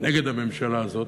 נגד הממשלה הזאת.